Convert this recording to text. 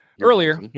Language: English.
Earlier